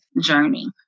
journey